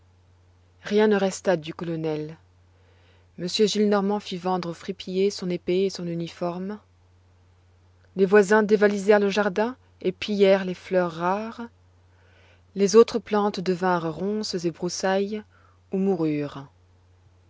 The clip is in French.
rien ne resta du colonel m gillenormand fît vendre au fripier son épée et son uniforme les voisins dévalisèrent le jardin et pillèrent les fleurs rares les autres plantes devinrent ronces et broussailles ou moururent